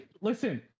listen